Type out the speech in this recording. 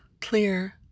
clear